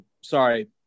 sorry